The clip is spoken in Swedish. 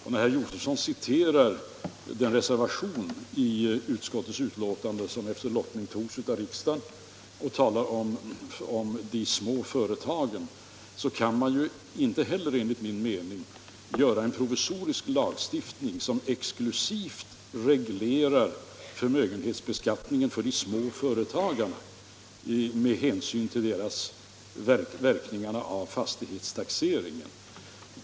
Herr Josefson citerar skatteutskottets skrivning år 1974 och talar om de små företagen, men man kan enligt min mening inte heller göra en provisorisk lagstiftning som exklusivt reglerar förmögenhetsbeskattningen för de små företagarna med hänsyn till verkningarna av fastighetstaxeringen.